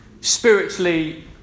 spiritually